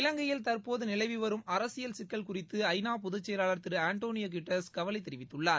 இலங்கையில் தற்போது நிலவி வரும் அரசியல் சிக்கல் குறித்து ஐ நா பொதுச்செயலாளர் திரு ஆண்டளியோ குட்டரஸ் கவலை தெரிவித்துள்ளார்